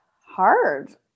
hard